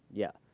yeah,